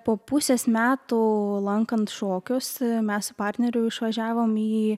po pusės metų lankant šokius mes su partneriu išvažiavom į